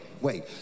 wait